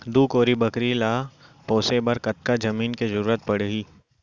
दू कोरी बकरी ला पोसे बर कतका जमीन के जरूरत पढही?